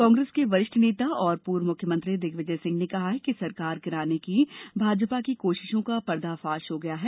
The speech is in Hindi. कांग्रेस के वरिष्ठ नेता और पूर्व मुख्यमंत्री दिग्विजय सिंह ने कहा कि सरकार गिराने की भाजपा की कोशिशों का पर्दाफाश हो गया है